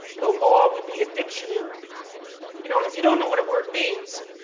the law would be a dictionary. you know and if you don't know what a word means,